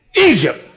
Egypt